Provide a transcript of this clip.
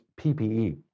PPE